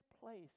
place